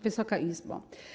Wysoka Izbo!